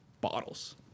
bottles